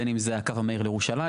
בין אם זה הקו המהיר לירושלים,